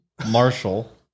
Marshall